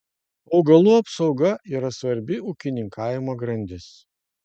augalų apsauga yra svarbi ūkininkavimo grandis